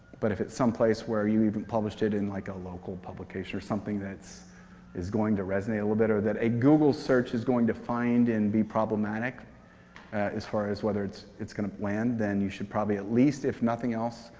but if it's some place where you even published it in like a local publication or something that is going to resonate a little bit, or that a google search is going to find and be problematic as far as whether it's it's going to land, then you should probably at least, if nothing else,